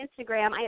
Instagram